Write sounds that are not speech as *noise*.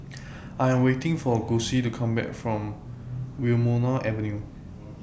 *noise* I Am waiting For Gussie to Come Back from Wilmonar Avenue